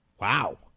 wow